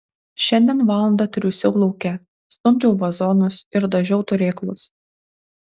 šiandien valandą triūsiau lauke stumdžiau vazonus ir dažiau turėklus